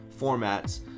formats